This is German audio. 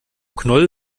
knoll